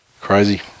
Crazy